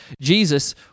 Jesus